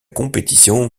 compétition